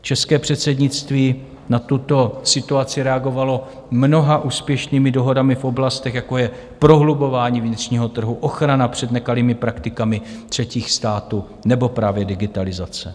České předsednictví na tuto situaci reagovalo mnoha úspěšnými dohodami v oblastech, jako je prohlubování vnitřního trhu, ochrana před nekalými praktikami třetích států nebo právě digitalizace.